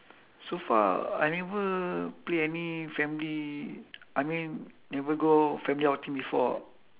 so far I never play any family I mean never go family outing before ah